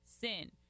sin